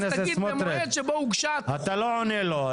אז תגיד במועד שבו הוגשה התכנית --- אתה לא עונה לו.